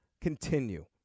continue